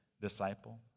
disciple